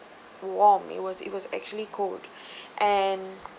warm it was it was actually cold and